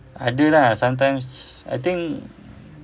ada lah sometimes I think